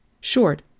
Short